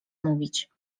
mówić